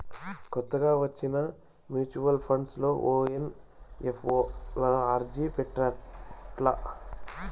కొత్తగా వచ్చిన mutual funds లో ఓ ఎన్.ఎఫ్.ఓ లకు అర్జీ పెట్టల్ల